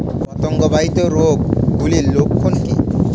পতঙ্গ বাহিত রোগ গুলির লক্ষণ কি কি?